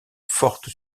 forte